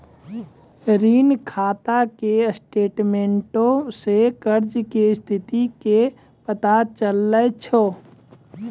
ऋण खाता के स्टेटमेंटो से कर्जा के स्थिति के पता चलै छै